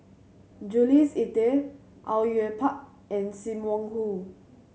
Jules Itier Au Yue Pak and Sim Wong Hoo